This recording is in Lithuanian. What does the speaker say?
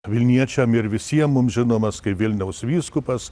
vilniečiam ir visiem mums žinomas kaip vilniaus vyskupas